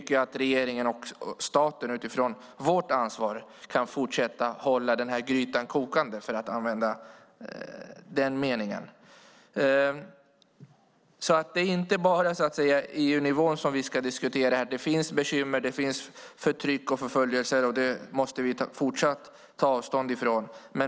Regeringen och staten borde ta ansvar för det arbetet för att kunna hålla grytan kokande, för att använda det uttrycket. Det är inte bara EU-nivån vi ska diskutera. Det finns bekymmer, förtryck och förföljelse, och det måste vi fortsatt ta avstånd från.